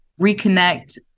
reconnect